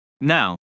Now